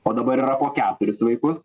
o dabar yra po keturis vaikus